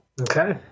Okay